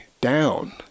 down